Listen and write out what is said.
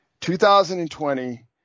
2020